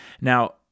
Now